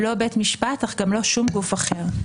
לא בית משפט אך גם לא שום גוף אחר.